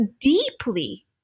deeply